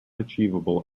achievable